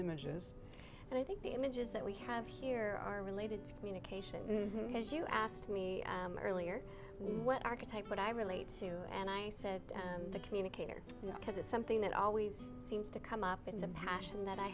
images and i think the images that we have here are related to communication because you asked me earlier what archetype would i relate to and i said the communicator because it's something that always seems to come up it's a passion that i